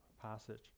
passage